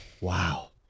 Wow